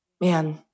man